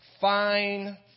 fine